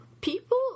people